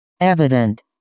evident